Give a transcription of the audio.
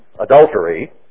adultery